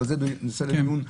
אבל זה נושא לדיון אחר.